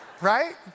right